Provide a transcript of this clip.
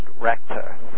Rector